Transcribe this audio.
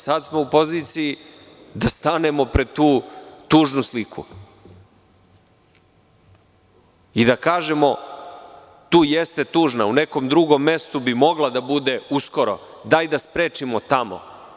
Sada smo u poziciji da stanemo pred tu tužnu sliku i da kažemo – tu jeste tužna, u nekom mestu bi mogla da bude uskoro, dajte da sprečimo tamo.